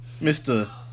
Mr